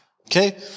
Okay